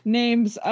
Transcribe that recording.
names